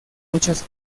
muchas